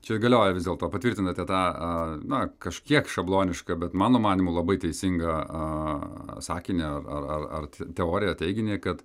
čia galioja vis dėlto patvirtinate tą na kažkiek šablonišką bet mano manymu labai teisingą sakinį ar ar ar ar teoriją teiginį kad